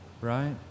Right